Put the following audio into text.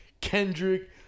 Kendrick